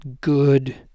good